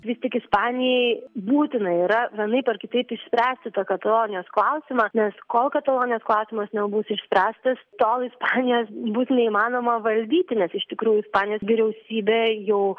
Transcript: vis tik ispanijai būtina yra vienaip ar kitaip išspręsti tą katalonijos klausimą nes kol katalonijos klausimas nebus išspręstas tol ispanijos bus neįmanoma valdyti nes iš tikrųjų ispanijos vyriausybė jau